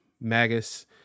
magus